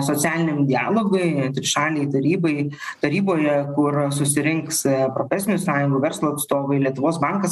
socialiniam dialogui trišalei tarybai taryboje kur susirinks profesinių sąjungų verslo atstovai lietuvos bankas